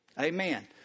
Amen